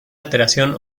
alteración